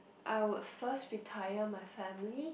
I would first retire my family